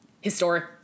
historic